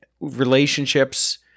Relationships